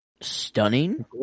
stunning